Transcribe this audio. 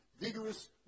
vigorous